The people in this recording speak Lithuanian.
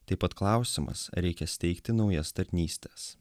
taip pat klausimas ar reikia steigti naujas tarnystes